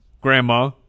grandma